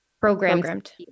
programmed